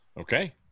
Okay